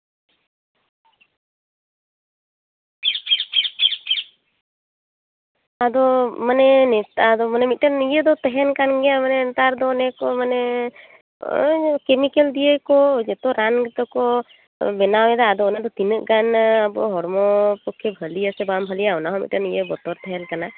ᱟᱫᱚ ᱢᱟᱱᱮ ᱱᱮᱥᱟ ᱢᱤᱫᱴᱮᱱ ᱤᱭᱟᱹ ᱫᱚ ᱛᱟᱦᱮᱱ ᱠᱟᱱ ᱜᱮᱭᱟ ᱢᱟᱱᱮ ᱱᱮᱛᱟᱨ ᱫᱚ ᱚᱱᱮᱠᱚ ᱢᱟᱱᱮ ᱠᱮᱢᱤᱠᱮᱞ ᱫᱤᱭᱮ ᱜᱮᱛᱚ ᱡᱚᱛᱚ ᱨᱟᱱ ᱠᱚ ᱵᱮᱱᱟᱣᱫᱟ ᱟᱫᱚ ᱚᱱᱟᱫᱚ ᱛᱤᱱᱟᱹᱜ ᱜᱟᱱ ᱟᱵᱚ ᱦᱚᱲᱢᱚ ᱯᱚᱠᱠᱷᱮ ᱵᱷᱟᱞᱮᱭᱟ ᱥᱮ ᱵᱟᱝ ᱵᱷᱟᱞᱮᱭᱟ ᱚᱱᱟᱦᱚᱸ ᱢᱤᱫᱴᱮᱱ ᱤᱭᱟᱹ ᱵᱚᱛᱚᱨ ᱛᱟᱦᱮᱱ ᱠᱟᱱᱟ